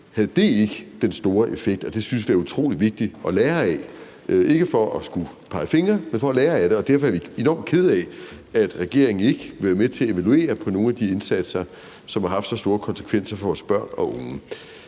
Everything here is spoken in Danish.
havde den store effekt, og det synes jeg da er utrolig vigtigt at lære af, ikke for at skulle pege fingre, men for at lære af det. Og derfor er vi enormt kede af, at regeringen ikke vil være med til at evaluere på nogle af de indsatser, som har haft så store konsekvenser for vores børn og unge.